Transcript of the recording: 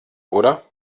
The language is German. oder